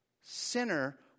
Sinner